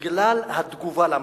בגלל התגובה על המשט.